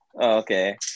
Okay